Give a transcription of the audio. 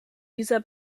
dieser